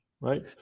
right